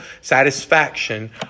satisfaction